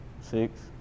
Six